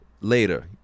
later